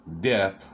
death